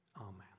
Amen